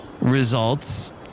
results